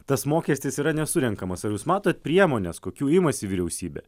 tas mokestis yra nesurenkamas ar jūs matot priemones kokių imasi vyriausybė